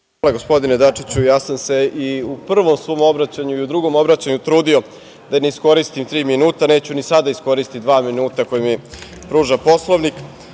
Hvala, gospodine Dačiću. Ja sam se i u prvom svom obraćanju i u drugom obraćanju trudio da ne iskoristim tri minuta. Neću ni sada iskoristiti dva minuta koja mi pruža